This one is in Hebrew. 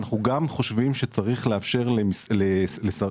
ואנחנו גם חושבים שצריך לאפשר לשרי